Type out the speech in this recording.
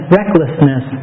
recklessness